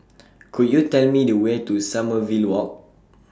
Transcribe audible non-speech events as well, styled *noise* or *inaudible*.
*noise* Could YOU Tell Me The Way to Sommerville Walk